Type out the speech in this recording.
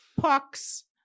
pucks